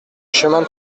chemin